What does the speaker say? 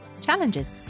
challenges